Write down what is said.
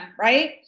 right